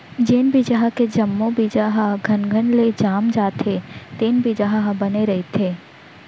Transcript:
जेन बिजहा के जम्मो बीजा ह घनघन ले जाम जाथे तेन बिजहा ह बने रहिथे